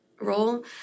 role